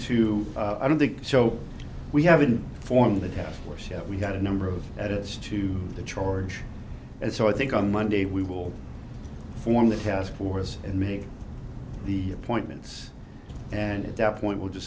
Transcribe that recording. to i don't think so we haven't formed the task force yet we've got a number of edits to the charge and so i think on monday we will form the task force and make the appointments and at that point we'll just